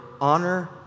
honor